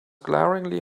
glaringly